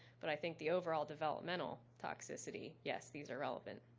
but i think the overall developmental toxicity yes, these are relevant.